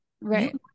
Right